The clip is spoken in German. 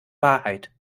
wahrheit